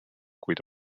kuid